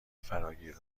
فراگیر